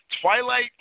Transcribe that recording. Twilight